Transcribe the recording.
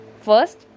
First